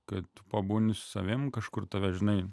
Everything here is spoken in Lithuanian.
kad pabūni su savim kažkur tave žinai